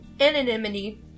Anonymity